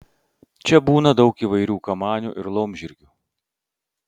čia būna daug įvairių kamanių ir laumžirgių